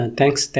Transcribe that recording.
Thanks